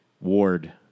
Ward